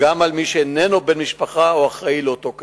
גם על מי שאיננו בן משפחה או אחראי לאותו קטין.